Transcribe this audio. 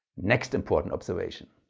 next important observation.